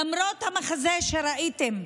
למרות המחזה שראיתם,